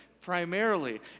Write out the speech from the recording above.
primarily